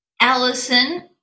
allison